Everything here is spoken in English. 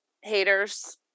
haters